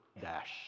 dash